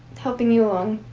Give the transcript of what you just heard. helping you along.